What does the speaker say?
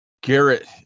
Garrett